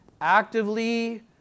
actively